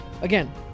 Again